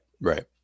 right